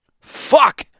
Fuck